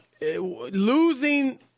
losing –